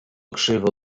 krzywo